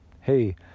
hey